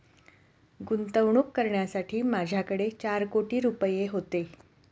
गुंतवणूक करण्यासाठी माझ्याकडे चार कोटी रुपये होते